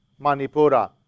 Manipura